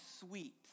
sweet